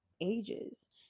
ages